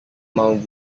mau